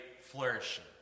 flourishing